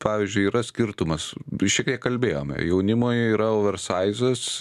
pavyzdžiui yra skirtumas ir šiek tiek kalbėjome jaunimui yra oversaizas